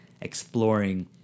exploring